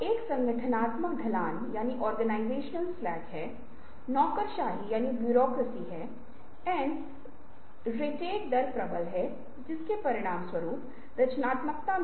तो अगर आप पहले वाले को देख रहे हैं जिसे सिमेंटिक अंतर्ज्ञान के रूप में जाना जाता है जिसे 1978 में स्काउडर द्वारा विकसित किया गया था और जिसे वान गंडी द्वारा संशोधित किया गया था